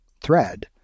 thread